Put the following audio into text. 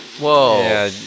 Whoa